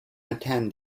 attend